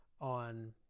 on